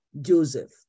Joseph